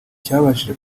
cyabashije